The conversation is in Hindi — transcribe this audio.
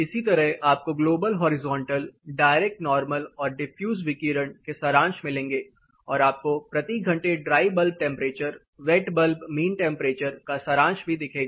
इसी तरह आपको ग्लोबल हॉरिजॉन्टल डायरेक्ट नॉरमल और डिफ्यूज विकिरण के सारांश मिलेंगे और आपको प्रति घंटे dry bulb temperature wet bulb mean temperature का सारांश भी दिखेगा